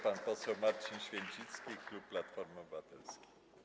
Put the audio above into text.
Pan poseł Marcin Święcicki, klub Platformy Obywatelskiej.